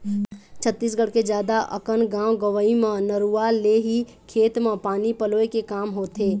छत्तीसगढ़ के जादा अकन गाँव गंवई म नरूवा ले ही खेत म पानी पलोय के काम होथे